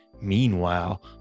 Meanwhile